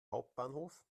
hauptbahnhof